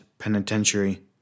penitentiary